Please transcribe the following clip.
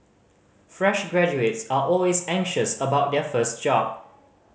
fresh graduates are always anxious about their first job